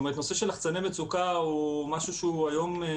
הנושא של לחצני מצוקה הוא משהו שהיום הוא